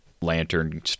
Lantern